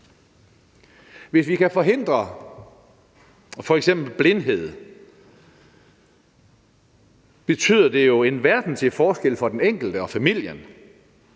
Hvis vi kan forhindre f.eks. blindhed, betyder det jo en verden til forskel for den enkelte og familien,